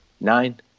nine